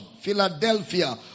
Philadelphia